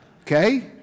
okay